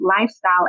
lifestyle